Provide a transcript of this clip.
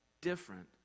different